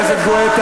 חבר הכנסת גואטה,